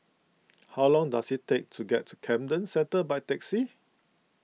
how long does it take to get to Camden Centre by taxi